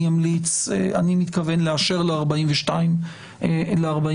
אני מתכוון לאשר ל-42 ימים בהתאם